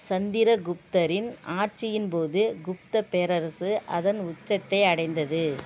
சந்திர குப்தரின் ஆட்சியின்போது குப்தப் பேரரசு அதன் உச்சத்தை அடைந்தது